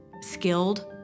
skilled